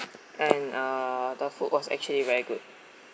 and uh the food was actually very good